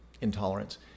intolerance